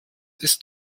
ist